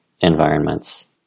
environments